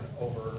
over